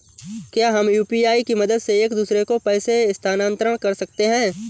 क्या हम यू.पी.आई की मदद से एक दूसरे को पैसे स्थानांतरण कर सकते हैं?